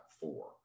four